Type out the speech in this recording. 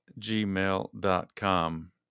gmail.com